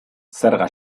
zerga